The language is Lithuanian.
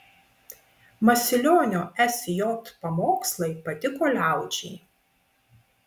masilionio sj pamokslai patiko liaudžiai